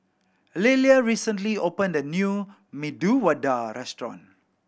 Lillia recently opened a new Medu Vada Restaurant